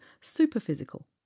superphysical